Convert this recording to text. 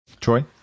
Troy